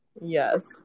Yes